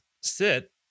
sit